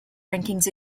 rankings